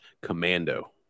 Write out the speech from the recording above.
Commando